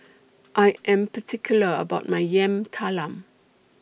I Am particular about My Yam Talam